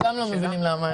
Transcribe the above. גם הם לא מבינים למה.